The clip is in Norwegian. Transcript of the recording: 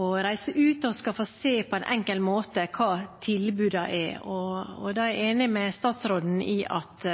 å reise ut og på en enkel måte få se hva tilbudene er. Da er jeg enig med statsråden i at